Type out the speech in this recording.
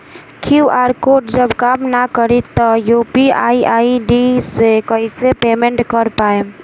QR code जब काम ना करी त यू.पी.आई आई.डी से कइसे पेमेंट कर पाएम?